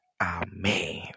Amen